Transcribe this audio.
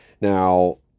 Now